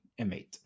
M8